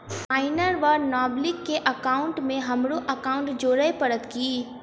Minor वा नबालिग केँ एकाउंटमे हमरो एकाउन्ट जोड़य पड़त की?